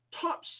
top